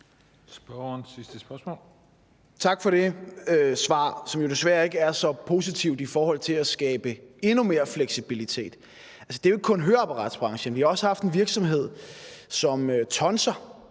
Tak for det svar, som jo desværre ikke er så positivt i forhold til at skabe endnu mere fleksibilitet. Det er jo ikke kun høreapparatsbranchen. Vi har også haft en virksomhed som Tonsser,